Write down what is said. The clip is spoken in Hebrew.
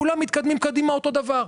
כולם מתקדמים קדימה אותו הדבר.